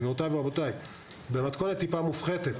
גברותיי ורבותיי, במתכונת קצת מופחתת.